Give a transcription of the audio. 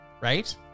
right